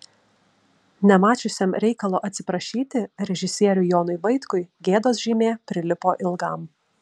nemačiusiam reikalo atsiprašyti režisieriui jonui vaitkui gėdos žymė prilipo ilgam